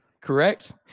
Correct